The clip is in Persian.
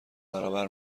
برابر